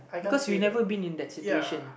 because you never been in that situation uh